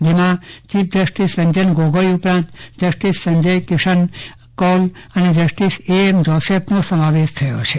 જેમાં chief justice Ranjan Gogoi ઉપરાંત justice Sanjay Kishan Kaul અને જસ્ટિસ એ એમ જોસેફનો સમાવેશ થાય છે